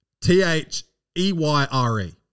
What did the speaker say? T-H-E-Y-R-E